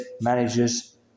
managers